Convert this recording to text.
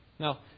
Now